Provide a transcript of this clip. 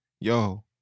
Yo